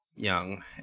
young